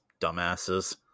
dumbasses